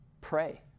pray